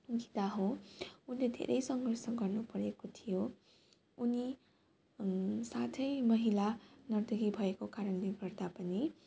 हो उसले धेरै सङ्घर्ष गर्नु परेको थियो उनी साथै महिला नर्तकी भएको कारणले गर्दा पनि